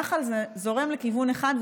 נחל זורם לכיוון אחד,